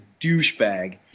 douchebag